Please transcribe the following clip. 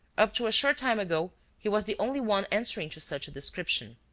up to a short time ago he was the only one answering to such a description.